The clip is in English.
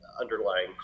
underlying